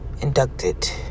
inducted